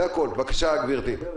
גברתי, בבקשה.